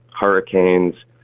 hurricanes